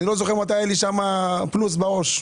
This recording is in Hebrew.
אני לא זוכר מתי היה לי פלוס בעו"ש.